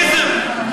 פופוליזם.